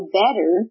better